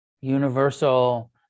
Universal